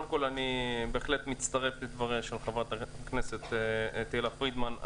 קודם כול אני בהחלט מצטרף לדבריה של חברת הכנסת תהלה פרידמן.